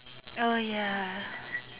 oh ya